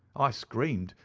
i screamed,